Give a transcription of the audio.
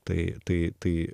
tai tai tai